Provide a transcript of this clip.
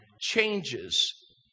changes